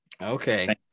Okay